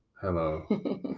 Hello